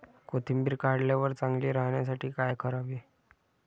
कोथिंबीर काढल्यावर चांगली राहण्यासाठी काय करावे?